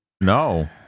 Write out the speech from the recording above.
No